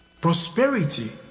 Prosperity